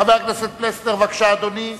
חבר הכנסת פלסנר, בבקשה, אדוני.